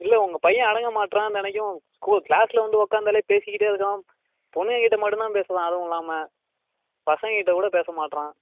இல்லை உங்கள் பையன் அடங்க மாட்றான் தினைக்கும் ஸ்கூ கிளாஸில் வந்து உக்கார்ந்தாலே பேசிக்கிட்டே இருக்கான் பொண்ணுங்கக்கிட்டே மட்டும் தான் பேசுகிறான் அதுவும் இல்லாமல் பசங்கக்கிட்டே கூட பேச மாட்றான்